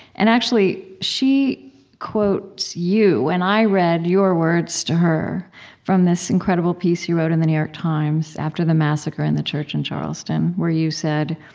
and actually, she quotes you, and i read your words to her from this incredible piece you wrote in the new york times after the massacre in the church in charleston, where you said